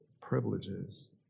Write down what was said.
privileges